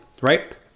right